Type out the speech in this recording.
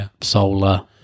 solar